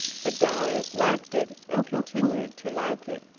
but darius liked it, and continued to like it.